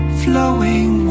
flowing